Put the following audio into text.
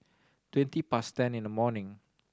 twenty past ten in the morning